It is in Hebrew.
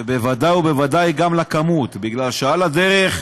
ובוודאי בוודאי גם בכמות, כי על הדרך,